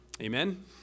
Amen